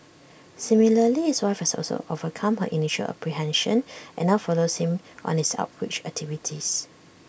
similarly his wife has also overcome her initial apprehension and now follows him on his outreach activities